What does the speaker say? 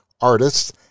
artists